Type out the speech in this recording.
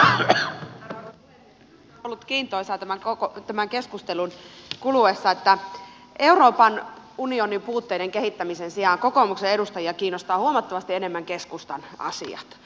minusta on ollut kiintoisaa tämän keskustelun kuluessa että euroopan unionin puutteiden kehittämisen sijaan kokoomuksen edustajia kiinnostaa huomattavasti enemmän keskustan asiat